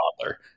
toddler